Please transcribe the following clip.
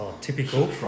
Typical